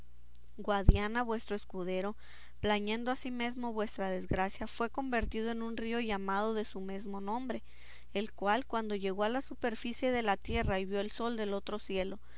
guadiana vuestro escudero plañendo asimesmo vuestra desgracia fue convertido en un río llamado de su mesmo nombre el cual cuando llegó a la superficie de la tierra y vio el sol del otro cielo